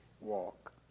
walk